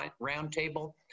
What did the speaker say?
roundtable